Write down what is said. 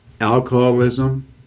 alcoholism